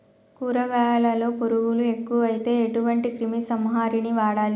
కూరగాయలలో పురుగులు ఎక్కువైతే ఎటువంటి క్రిమి సంహారిణి వాడాలి?